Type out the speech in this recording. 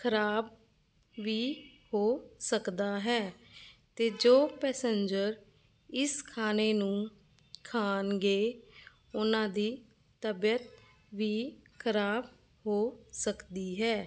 ਖਰਾਬ ਵੀ ਹੋ ਸਕਦਾ ਹੈ ਅਤੇ ਜੋ ਪੈਸੰਜਰ ਇਸ ਖਾਣੇ ਨੂੰ ਖਾਣਗੇ ਉਹਨਾਂ ਦੀ ਤਬੀਅਤ ਵੀ ਖਰਾਬ ਹੋ ਸਕਦੀ ਹੈ